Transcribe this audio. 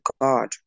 God